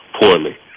poorly